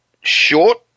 short